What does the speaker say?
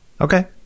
Okay